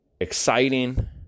exciting